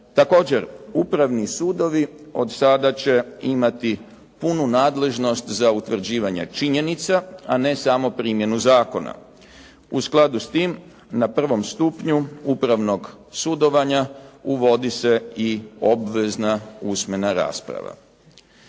Također, upravni sudovi od sada će imati punu nadležnost za utvrđivanje činjenica, a ne samo primjenu zakona. U skladu s tim, na prvom stupnju upravnog sudovanja uvodi se i obvezna usmena rasprava.